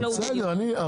מחזק.